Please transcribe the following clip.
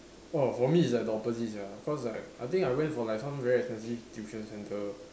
oh for me it's like the opposite sia cause like I think I went for like some very expensive tuition centre